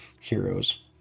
heroes